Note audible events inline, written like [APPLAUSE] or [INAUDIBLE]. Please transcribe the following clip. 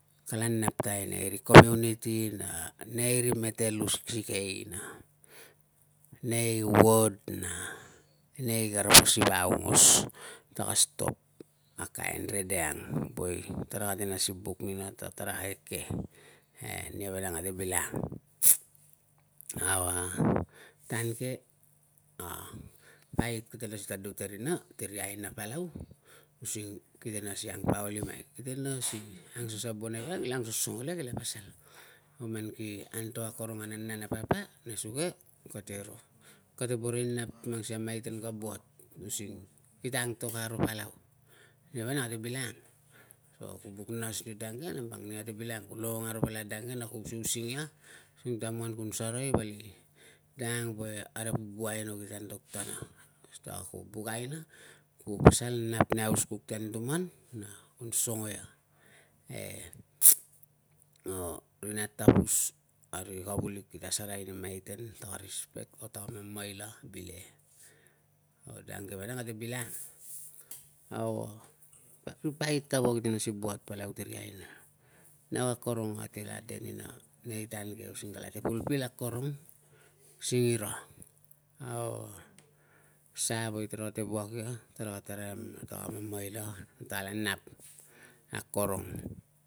Kala nap tai nei ri community, na nei ri mete lu siksikei na nei ward na nei kara po siva aungos. Taka stop na kain rede ang woe tara kate nas ni buk nina ta tara akeke, e nia, nia vanang kate bilang. [NOISE] au, a tan ke, a pait kate nas ni tadut e rina ti ri aina palau using kite nas ni angpaulimai, kite nas ni angsasabonai le kila ang sosongo le kila pasal. Au man ki antok akorong a nana na papa, nesuge kate ro. Kate boro i nap ti mang sikei a maiten ka buat using kita antok aro palau. Ninia vanang kate bilangang. So ku buk nas ni dang ke, nambang nia kate bilangang. Ku longong aro palau na dang ke na ku usiusing ia sing danguan kun sarai val dang ang woe kara bubu aina aino kita antok tatana. Kuo nas ta ku buk aina ku pasal nap nei hausuk ti anu tuman, kun songo ia, [HESITATION] [NOISE] na ri nat tapus, ari kavulik kita asereai ni maiten. Ta ka respect, ta ka mamaila bile. A dang ke vanang kate bilangang. Au, a tu pait kapa parik ka nas ni buat palau ti ri aina, nau akorong natela de nina nei tan ke using kalate fulfill akorong singira. Au sa woe tara ta wuak ia tara taraim ta tara mamaila ta kala nap akorong.